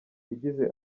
yagize